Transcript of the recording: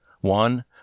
One